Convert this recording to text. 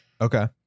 okay